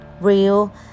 real